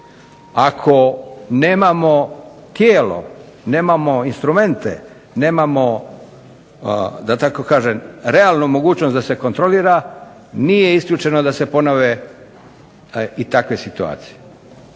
Ako nemamo tijelo, nemamo instrumente, nemamo da tako kažem realnu mogućnost da se kontrolira nije isključeno da se ponove i takve situacije.